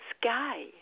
sky